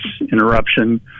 interruption